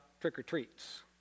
trick-or-treats